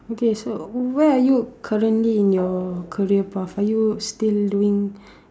okay so where are you currently in your career path are you still doing